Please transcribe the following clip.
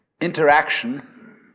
interaction